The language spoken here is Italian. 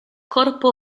corpo